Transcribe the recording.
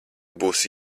būsi